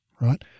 right